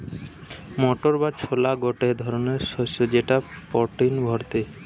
motor বা ছোলা গটে ধরণকার শস্য যেটা প্রটিনে ভর্তি